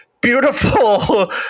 beautiful